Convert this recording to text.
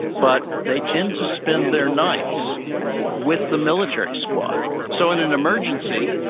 but they tend to spend their nights with the military squad. so in an emergency,